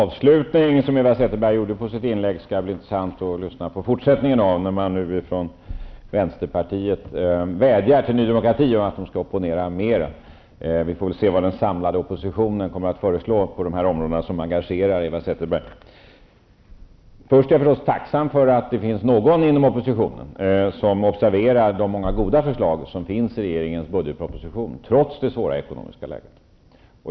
Herr talman! Det skall bli intressant att lyssna på fortsättningen av Eva Zetterbergs inlägg, eftersom vänsterpartiet nu vädjar till Ny Demokrati att det partiet skall opponera mera. Vi får väl se vad den samlade oppositionen kommer att föreslå på de här områdena som engagerar Eva Först och främst vill jag säga att jag naturligtvis är tacksam för att det finns någon inom oppositionen som observerar de många goda förslag som finns i regeringens budgetproposition, trots det svåra ekonomiska läget.